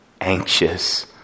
anxious